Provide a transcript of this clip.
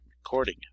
Recording